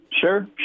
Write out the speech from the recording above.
Sure